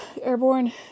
airborne